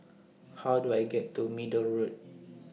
How Do I get to Middle Road